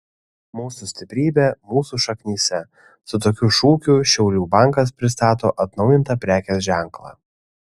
mūsų stiprybė mūsų šaknyse su tokiu šūkiu šiaulių bankas pristato atnaujintą prekės ženklą